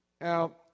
Now